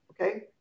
okay